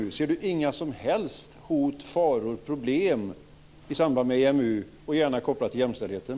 Ser Helena Bargholtz inga som helst hot, faror, problem i samband med EMU, gärna kopplat till jämställdheten?